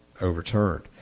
overturned